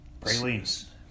pralines